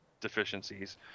deficiencies